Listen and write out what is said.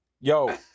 Yo